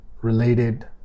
related